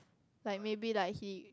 like maybe like he